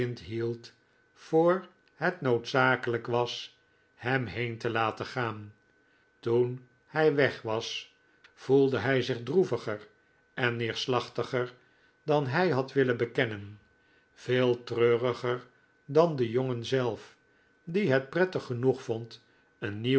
voor het noodzakelijk was hem heen te laten gaan toen hij weg was voelde hij zich droeviger en neerslachtiger dan hij had willen bekennen veel treuriger dan de jongen zelf die het prettig genoeg vond een nieuw